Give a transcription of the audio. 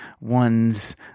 one's